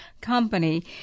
company